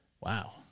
Wow